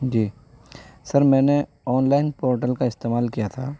جی sir میں نے online portal کا استعمال کیا تھا